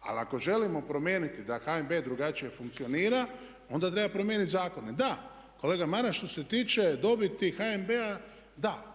Ali ako želimo promijeniti da HNB drugačije funkcionira onda treba promijeniti zakone. Da, kolega Maras što se tiče dobiti HNB-a da.